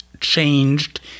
changed